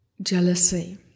jealousy